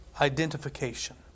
Identification